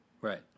Right